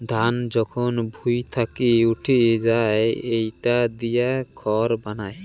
ধান যখন ভুঁই থাকি উঠি যাই ইটা দিয়ে খড় বানায়